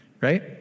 right